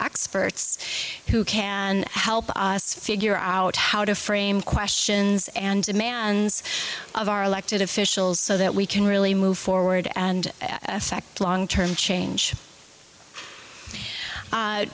spurts who can help us figure out how to frame questions and demands of our elected officials so that we can really move forward and as long term change